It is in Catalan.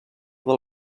del